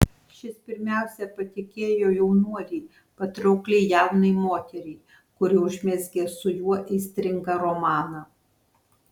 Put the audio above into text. šis pirmiausia patikėjo jaunuolį patraukliai jaunai moteriai kuri užmezgė su juo aistringą romaną